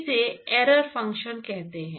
इसे error function कहते हैं